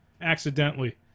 accidentally